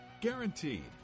Guaranteed